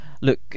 look